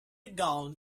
gown